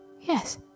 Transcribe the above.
yes